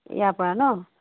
ইয়াৰ পৰা ন